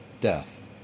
death